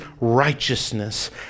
righteousness